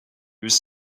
was